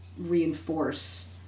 reinforce